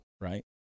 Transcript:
right